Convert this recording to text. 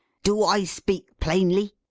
do i speak plainly?